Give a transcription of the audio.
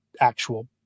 actual